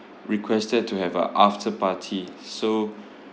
requested to have a after party so